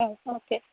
ആ ഓക്കേ